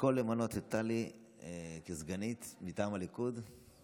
תזכור למנות את טלי לסגנית מטעם הליכוד,